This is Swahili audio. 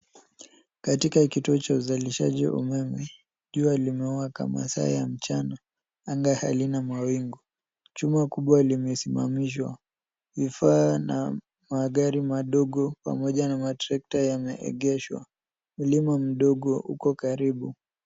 Katika kituo cha uzalishaji wa umeme. Jua limewaka masaa ya mchana. Anga halina mawingu. Chuma kubwa limesimamishwa. Vifaa na magari madogo pamoja na matrekta yameegeshwa mlima mdogo uko karibu.